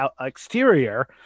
exterior